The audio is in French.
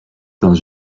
dans